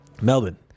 Melbourne